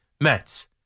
Mets